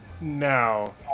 Now